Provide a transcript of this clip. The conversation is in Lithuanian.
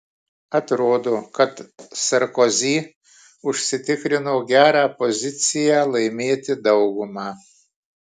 atrodo kad sarkozy užsitikrino gerą poziciją laimėti daugumą